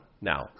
now